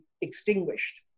extinguished